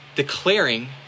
Declaring